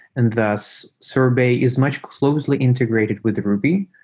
and thus, sorbet is much closely integrated with ruby,